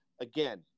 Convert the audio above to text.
again